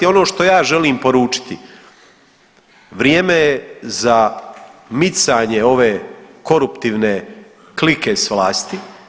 Ono što ja želim poručiti, vrijeme je za micanje ove koruptivne klike s vlasti.